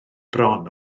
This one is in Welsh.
bron